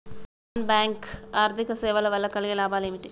Non bank ఆర్థిక సేవల వల్ల కలిగే లాభాలు ఏమిటి?